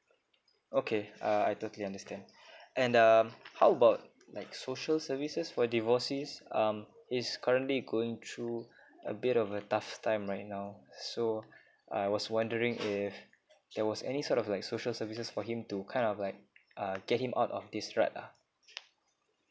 okay uh I totally understand and um how about like social services for divorcees um he's currently going through a bit of a tough time right now so I was wondering if there was any sort of like social services for him to kind of like uh get him out of this wreck ah